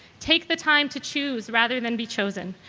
take the time to choose rather than be chosen.